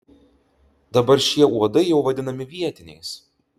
dabar šie uodai jau vadinami vietiniais